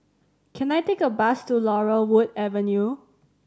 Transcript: can I take a bus to Laurel Wood Avenue